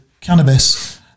cannabis